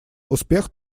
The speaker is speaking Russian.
успех